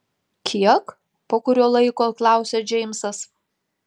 kiek po kurio laiko klausia džeimsas